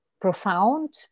profound